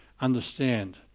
understand